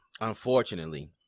unfortunately